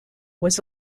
was